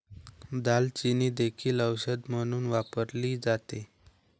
दालचिनी देखील औषध म्हणून वापरली जाते